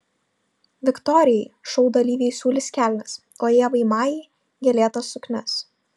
viktorijai šou dalyviai siūlys kelnes o ievai majai gėlėtas suknias